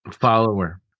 follower